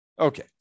Okay